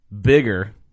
bigger